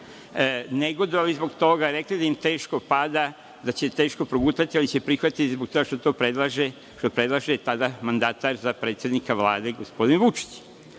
negodovale zbog toga, rekle da im teško pada, da će teško progutati, ali će prihvatiti zbog toga što to predlaže mandatar za predsednika Vlade, gospodin Vučić. Sada